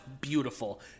beautiful